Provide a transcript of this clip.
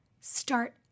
Start